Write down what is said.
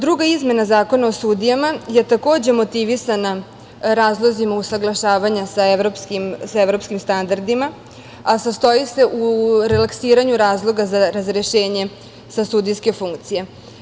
Druga izmena Zakona o sudijama je takođe motivisana razlozima usaglašavanja sa evropskim standardima, a sastoji se u relaksiranju razloga za razrešenje sa sudijske funkcije.